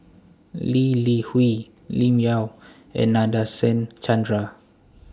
Lee Li Hui Lim Yau and Nadasen Chandra